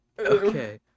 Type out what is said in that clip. Okay